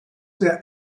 der